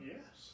Yes